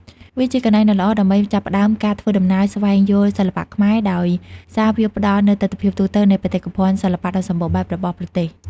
វាជាកន្លែងដ៏ល្អដើម្បីចាប់ផ្តើមការធ្វើដំណើរស្វែងយល់សិល្បៈខ្មែរ ដោយសារវាផ្តល់នូវទិដ្ឋភាពទូទៅនៃបេតិកភណ្ឌសិល្បៈដ៏សម្បូរបែបរបស់ប្រទេស។